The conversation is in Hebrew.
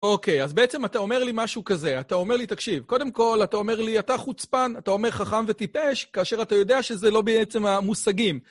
אוקיי, אז בעצם אתה אומר לי משהו כזה, אתה אומר לי, תקשיב, קודם כל אתה אומר לי, אתה חוצפן, אתה אומר חכם וטיפש, כאשר אתה יודע שזה לא בעצם המושגים.